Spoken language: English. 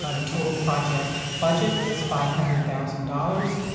ah the total project budget is five hundred thousand dollars.